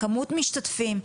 כמות משתתפים.